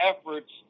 efforts